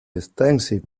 extensive